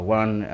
one